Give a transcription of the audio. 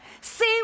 see